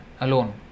alone